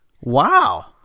Wow